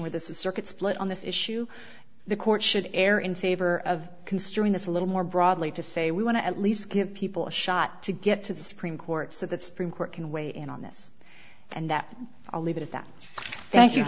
is a circuit split on this issue the court should err in favor of considering this a little more broadly to say we want to at least give people a shot to get to the supreme court so that's pretty quick can weigh in on this and that i'll leave it at that thank you